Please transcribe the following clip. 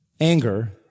anger